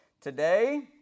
Today